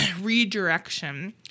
redirection